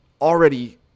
already